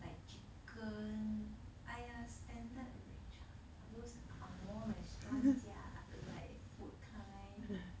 like chicken !aiya! standard rich those ang moh restaurants ya like food kind